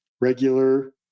regular